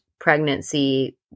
pregnancy